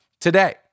today